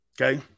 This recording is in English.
Okay